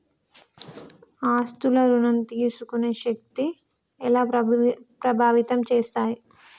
ఆస్తుల ఋణం తీసుకునే శక్తి ఎలా ప్రభావితం చేస్తాయి?